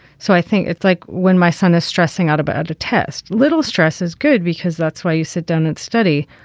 so i think it's like when my son is stressing out about a test. little stress is good because that's why you sit down and study.